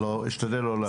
אני אשתדל לא להפריע לך.